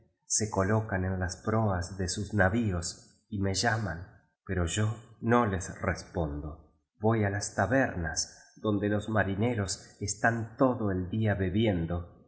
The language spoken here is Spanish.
se colocan en las prpas de sus navios y me llaman pero yo no tes respondo voy á las tabernas donde los marineros están todo el día bebiendo